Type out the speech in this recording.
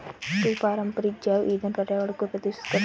कुछ पारंपरिक जैव ईंधन पर्यावरण को प्रदूषित करते हैं